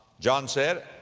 john said,